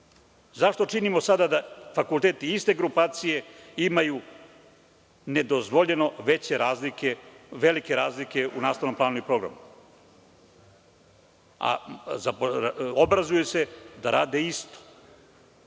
Zašto činimo sada da fakulteti iste grupacije imaju nedozvoljeno velike razlike u nastavnom planu i programu, a obrazuju se da rade